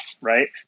right